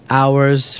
hours